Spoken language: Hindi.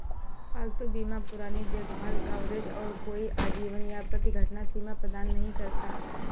पालतू बीमा पुरानी देखभाल कवरेज और कोई आजीवन या प्रति घटना सीमा प्रदान नहीं करता